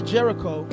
Jericho